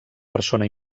persona